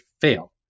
fail